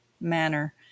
manner